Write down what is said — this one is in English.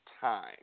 time